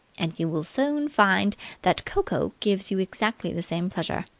and you will soon find that cocoa gives you exactly the same pleasure.